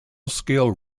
scale